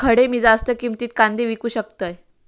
खडे मी जास्त किमतीत कांदे विकू शकतय?